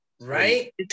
right